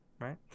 right